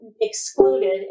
excluded